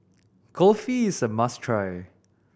kulfi is a must try